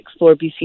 explorebc